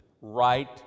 right